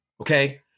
Okay